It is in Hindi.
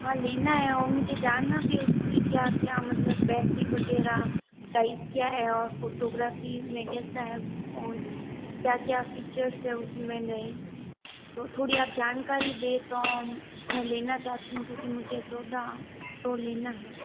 हाँ लेना है और मुझे जानना है उसकी क्या क्या मतलब बैटरी वगैरह प्राइस क्या है और फोटोग्राफी में कैसा है वो फोन क्या क्या फीचर्स है उसमें नए तो थोड़ी आप जानकारी दें तो मैं लेना चाहती हूँ क्योंकि मुझे चौदह प्रो लेना है